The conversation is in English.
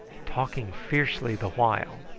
talking fiercely the while.